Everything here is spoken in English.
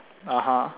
(uh huh)